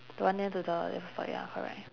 the one near to the apple store ya correct